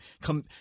come